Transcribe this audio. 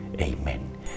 Amen